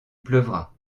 pleuvra